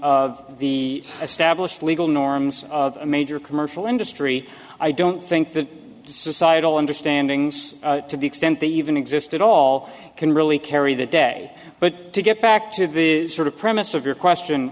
established legal norms of a major commercial industry i don't think the societal understandings to the extent they even exist at all can really carry the day but to get back to the sort of premise of your question